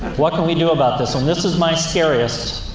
what can we do about this? and this is my scariest.